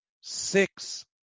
six